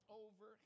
over